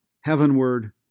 heavenward